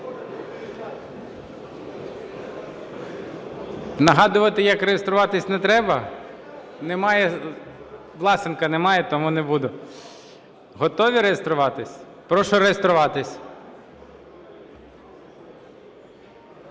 Нагадувати, як реєструватись не треба? Власенка немає, тому не буду. Готові реєструватись? Прошу реєструватись.